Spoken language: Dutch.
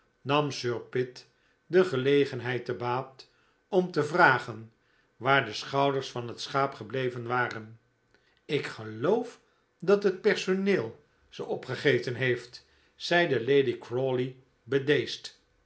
nam sir pitt de gelegenheid te baat om te vragen waar de schouders van het schaap gebleven waren ik geloof dat het personeel ze opgegeten heeft zeide lady crawley